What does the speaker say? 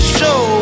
Show